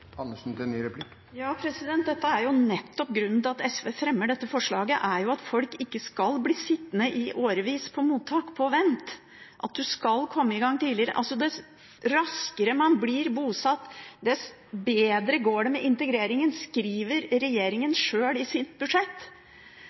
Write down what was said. Grunnen til at SV fremmer dette forslaget, er jo nettopp at folk ikke skal bli sittende i årevis på mottak på vent, at man skal komme i gang tidligere. Dess raskere man blir bosatt, dess bedre går det med integreringen, skriver regjeringen sjøl i sitt budsjett.